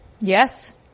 Yes